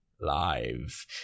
live